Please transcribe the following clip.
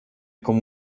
como